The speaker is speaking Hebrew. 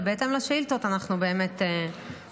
ובהתאם לשאילתות אנחנו באמת --- תודה.